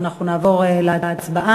אנחנו נעבור להצבעה.